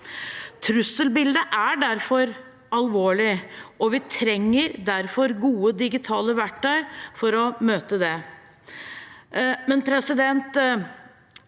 Trusselbildet er derfor alvorlig, og vi trenger gode digitale verktøy for å møte det.